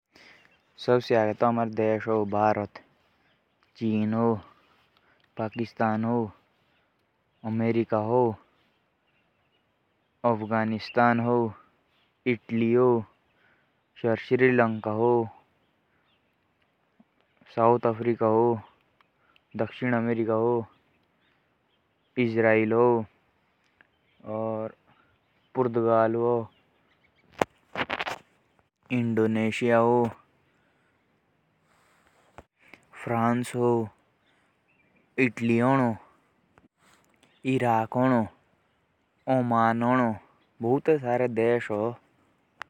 भारत। Pakistan. America. Iran. Afghanistan. Sri Lanka. Bhutan. Nepal. Israel. पुर्तगाल। Indonesia. Oman.